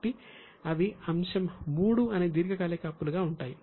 కాబట్టి అవి అంశం 3 అనే దీర్ఘకాలిక అప్పులు గా ఉంటాయి